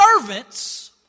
servants